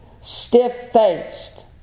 stiff-faced